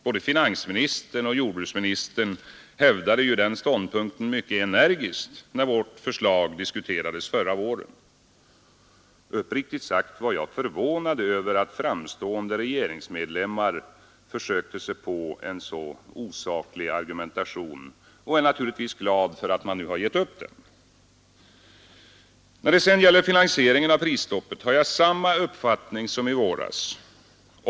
Både finansministern och jordbruksministern hävdade ju den ståndpunkten mycket energiskt när vårt förslag diskuterades förra våren. Uppriktigt sagt var jag förvånad över att framstående regeringsmedlemmar försökte sig på en så osaklig argumentation och är naturligtvis glad för att man nu har gett upp den. När det sedan gäller finansieringen av prisstoppet har jag samma uppfattning som i våras.